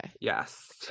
Yes